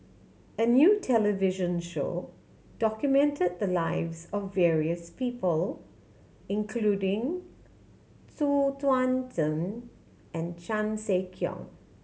a new television show documented the lives of various people including Xu Yuan Zhen and Chan Sek Keong